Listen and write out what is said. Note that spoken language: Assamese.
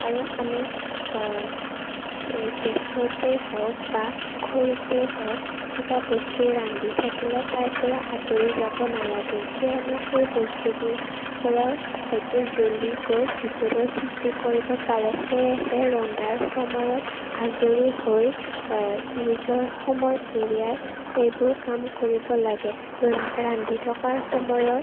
আৰু আমি গেছতে হওক বা খৰিতেই হওক কিবা বস্তু ৰান্ধি থাকিলে তাৰপৰা আঁতৰি যাব নালাগে কিয়নো সেই বস্তুবোৰৰ হয়তো জ্বলি গৈ বিপদৰ সৃষ্টি কৰিব পাৰে সেয়েহে ৰন্ধাৰ সময়ত আজৰি হৈ নিজৰ সময় উলিয়াই সেইবোৰ কাম কৰিব লাগে ৰণ ৰান্ধি থকাৰ সময়ত